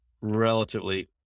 relatively